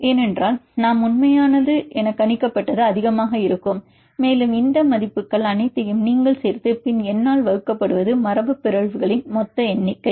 ஏனென்றால் நாம் உண்மையானது கணிக்கப்பட்டது அதிகமாக இருக்கும் மேலும் இந்த மதிப்புகள் அனைத்தையும் நீங்கள் சேர்த்து பின் N ஆல் வகுக்கப்படுவது மரபுபிறழ்வுகளின் மொத்த எண்ணிக்கை